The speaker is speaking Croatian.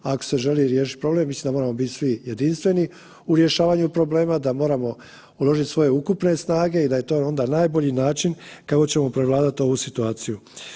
Ako se želi riješiti problem, mislim da moramo biti svi jedinstveni u rješavanju problema, da moramo uložiti svoje ukupne snage i da je to onda najbolji način kako ćemo prevladati ovu situaciju.